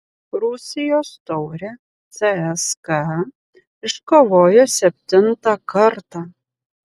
rusijos taurę cska iškovojo septintą kartą